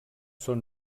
són